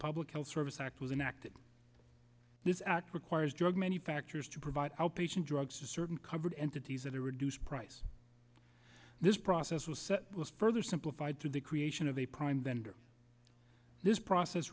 public health service act was enacted this act requires drug manufacturers to provide outpatient drugs to certain covered entities at a reduced price this process will set was further simplified to the creation of a prime vendor this process